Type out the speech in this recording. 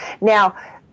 Now